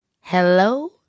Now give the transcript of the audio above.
Hello